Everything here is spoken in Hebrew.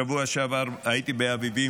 בשבוע שעבר הייתי באביבים,